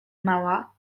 mała